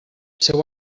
seu